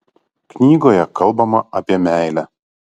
knygoje kalbama apie meilę